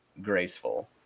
graceful